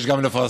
יש גם לפרסם